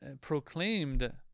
proclaimed